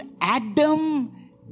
Adam